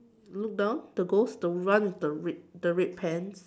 look down the ghost the one with the red the red pants